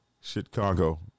chicago